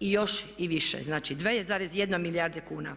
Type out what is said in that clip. i još i više, znači 2,1 milijarde kuna.